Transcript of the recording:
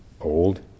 old